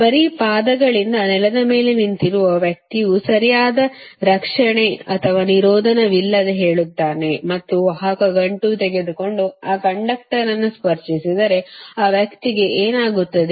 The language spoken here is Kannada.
ಬರಿ ಪಾದಗಳಿಂದ ನೆಲದ ಮೇಲೆ ನಿಂತಿರುವ ವ್ಯಕ್ತಿಯು ಸರಿಯಾದ ರಕ್ಷಣೆ ಅಥವಾ ನಿರೋಧನವಿಲ್ಲದೆ ಹೇಳುತ್ತಾನೆ ಮತ್ತು ವಾಹಕ ಗಂಟು ತೆಗೆದುಕೊಂಡು ಆ ಕಂಡಕ್ಟರ್ ಅನ್ನು ಸ್ಪರ್ಶಿಸಿದರೆ ಆ ವ್ಯಕ್ತಿಗೆ ಏನಾಗುತ್ತದೆ